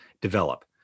develop